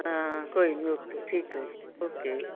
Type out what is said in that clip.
ਹਾਂ ਕੋਈ ਨਹੀਂ ਓਕੇ ਠੀਕ ਹੈ ਓਕੇ